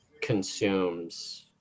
consumes